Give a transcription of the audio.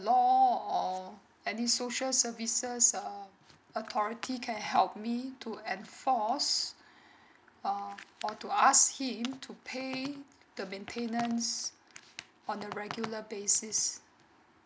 law or any social services um authority can help me to enforce err or to ask him to pay the maintenance on a regular basis